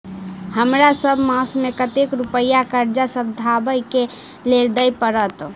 हमरा सब मास मे कतेक रुपया कर्जा सधाबई केँ लेल दइ पड़त?